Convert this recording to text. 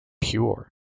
pure